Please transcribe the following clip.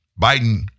Biden